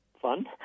fun